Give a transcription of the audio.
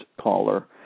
caller